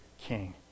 king